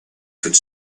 could